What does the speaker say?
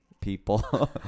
people